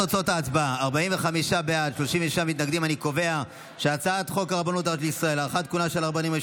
את הצעת חוק הרבנות הראשית לישראל (הארכת כהונה של הרבנים הראשיים